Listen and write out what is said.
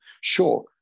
Sure